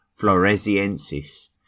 floresiensis